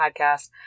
podcast